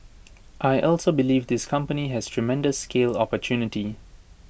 I also believe this company has tremendous scale opportunity